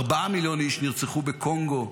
ארבעה מיליון איש נרצחו בקונגו,